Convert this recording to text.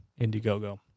Indiegogo